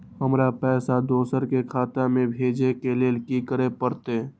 हमरा पैसा दोसर के खाता में भेजे के लेल की करे परते?